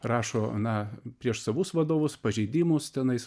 rašo na prieš savus vadovus pažeidimus tenais